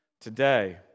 today